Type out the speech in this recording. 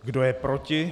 Kdo je proti?